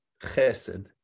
chesed